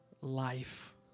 life